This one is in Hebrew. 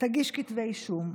תגיש כתבי אישום,